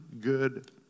good